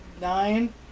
nine